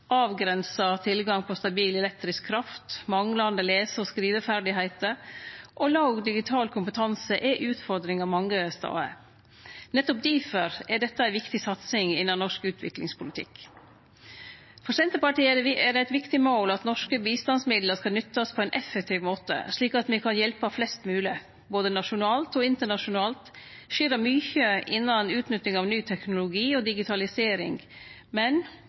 avgrensa tilgang på stabil elektrisk kraft, manglande lese- og skriveferdigheiter og låg digital kompetanse er utfordringar mange stader. Nettopp difor er dette ei viktig satsing innan norsk utviklingspolitikk. For Senterpartiet er det eit viktig mål at norske bistandsmidlar skal nyttast på ein effektiv måte, slik at me kan hjelpe flest mogleg. Både nasjonalt og internasjonalt skjer det mykje innan utnytting av ny teknologi og digitalisering, men